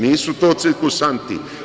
Nisu to cirkusanti.